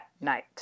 night